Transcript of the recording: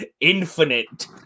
infinite